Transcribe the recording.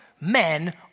men